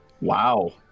Wow